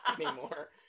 anymore